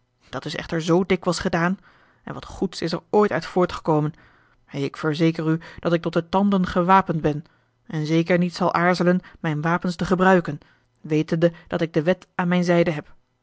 dat is echter zoo dikwijls gedaan en wat goeds is er ooit uit voortgekomen ik verzeker u dat ik tot de tanden gewapend ben en zeker niet zal aarzelen mijn wapens te gebruiken wetende dat ik de wet aan mijn zijde heb